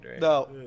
No